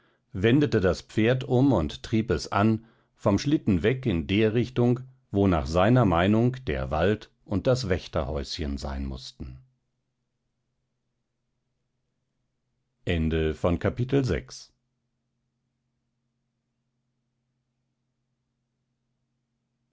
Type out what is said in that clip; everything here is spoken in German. wendete das pferd um und trieb es an vom schlitten weg in der richtung wo nach seiner meinung der wald und das wächterhäuschen sein mußten